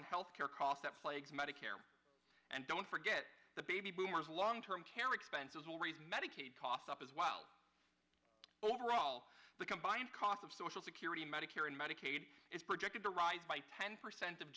in health care costs that plagues medicare and don't forget the baby boomers long term care expenses will raise medicaid costs up as well overall the combined cost of social security medicare and medicaid is projected to rise by ten percent of